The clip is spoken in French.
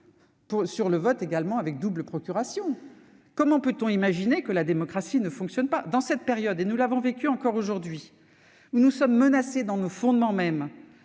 sur le vote avec double procuration. Comment peut-on imaginer que la démocratie ne fonctionne pas ? Dans cette période- et nous l'avons encore vu aujourd'hui -où notre pays est menacé dans ses fondements mêmes,